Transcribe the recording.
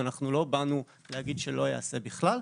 אנחנו לא באים לומר שזה לא ייעשה בכלל,